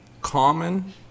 common